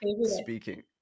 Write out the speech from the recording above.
speaking